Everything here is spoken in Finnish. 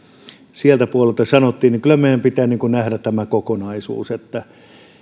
sieltä puolelta sanottiin pitää nähdä tämä kokonaisuus